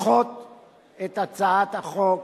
לדחות את הצעת החוק,